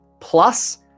plus